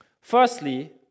Firstly